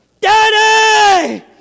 Daddy